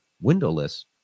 windowless